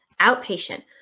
outpatient